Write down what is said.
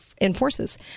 enforces